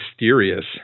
mysterious